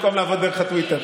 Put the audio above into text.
במקום לעבור דרך הטוויטר,